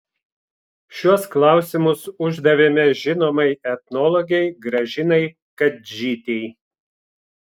šiuos klausimus uždavėme žinomai etnologei gražinai kadžytei